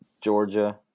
Georgia